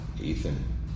Ethan